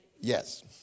yes